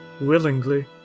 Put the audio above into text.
willingly